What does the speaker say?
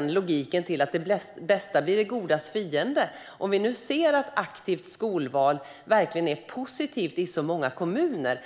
logik tenderar att leda till att det bästa blir det godas fiende. Vi ser nu att aktivt skolval verkligen är positivt i så många kommuner.